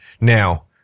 Now